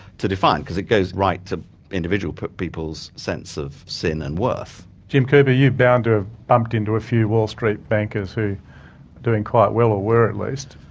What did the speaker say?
to define. because it goes right to individual people's sense of sin and worth. jim cooper, you're bound to have bumped into a few wall street bankers who're doing quite well, or were at least.